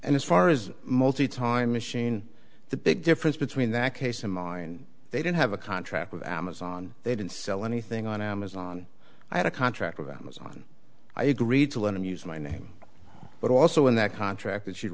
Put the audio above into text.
and as far as multi time machine the big difference between that case and mine they don't have a contract with amazon they don't sell anything on amazon i had a contract with amazon i agreed to let them use my name but also in that contract that she